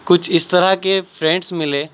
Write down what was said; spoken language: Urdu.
کچھ اس طرح کے فرینڈس ملے